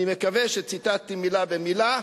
אני מקווה שציטטתי מלה במלה.